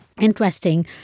interesting